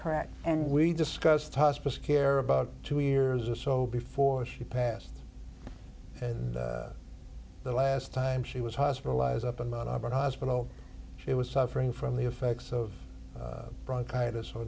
correct and we discussed hospice care about two years or so before she passed and the last time she was hospitalized up in mount auburn hospital she was suffering from the effects of bronchitis